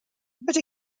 but